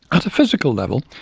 a physical level,